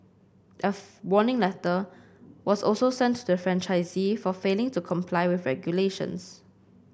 a warning letter was also sent to the franchisee for failing to comply with regulations